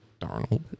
Darnold